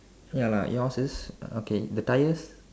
ya lah yours is okay the tyres